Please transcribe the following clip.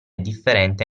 differente